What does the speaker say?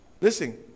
Listen